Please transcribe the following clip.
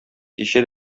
кичә